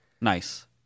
Nice